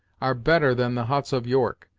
are better than the huts of york,